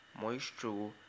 moisture